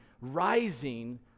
rising